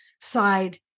side